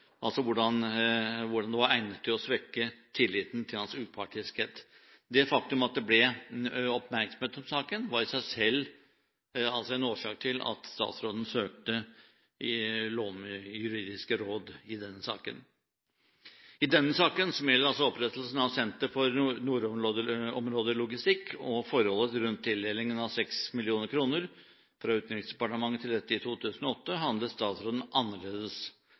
altså hvordan saken var egnet til å svekke tilliten til hans upartiskhet. Det faktum at det ble oppmerksomhet omkring saken, var altså i seg selv en årsak til at statsråden søkte juridiske råd. I denne saken, som altså gjelder opprettelsen av Senter for nordområdelogistikk og forholdet rundt tildelingen av 6 mill. kr fra Utenriksdepartementet til dette i 2008, handlet statsråden annerledes.